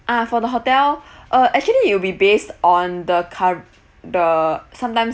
ah for the hotel uh actually it will be based on the curr~ the sometimes